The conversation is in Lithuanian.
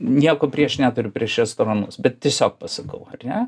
nieko prieš neturiu prieš restoranus bet tiesiog pasakau ar ne